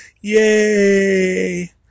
yay